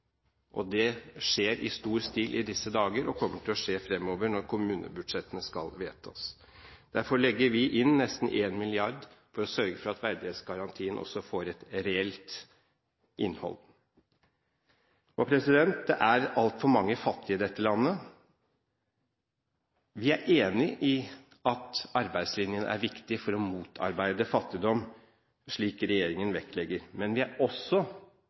kommuner. Det skjer i stor stil i disse dager og kommer til å skje fremover når kommunebudsjettene skal vedtas. Derfor legger vi inn nesten 1 mrd. kr for å sørge for at verdighetsgarantien også får et reelt innhold. Det er altfor mange fattige i dette landet. Vi er enig i at arbeidslinjen er viktig for å motarbeide fattigdom, slik regjeringen vektlegger, men vi er også